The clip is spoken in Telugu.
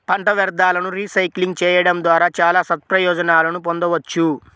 పంట వ్యర్థాలను రీసైక్లింగ్ చేయడం ద్వారా చాలా సత్ప్రయోజనాలను పొందవచ్చు